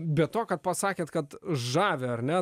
be to kad pasakėt kad žavi ar ne